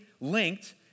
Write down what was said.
linked